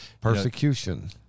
persecution